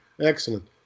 Excellent